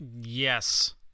Yes